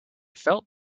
felt